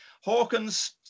Hawkins